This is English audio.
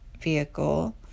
vehicle